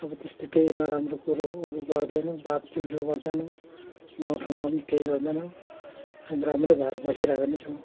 अब त्यस्तो केही नराम्रो कुरोहरू गर्दैनौँ बाझोजुझो गर्दैनौँ गाउँ ठाउँमा पनि केही गर्दैनौँ हामी राम्रै भएर बसिरहेको नै छौँ